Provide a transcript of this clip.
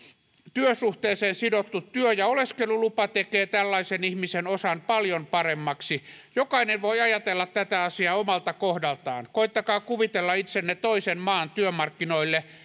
työsuhteeseen sidottu työ ja oleskelulupa tekee tällaisen ihmisen osan paljon paremmaksi jokainen voi ajatella tätä asiaa omalta kohdaltaan koettakaa kuvitella itsenne toisen maan työmarkkinoille